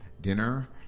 dinner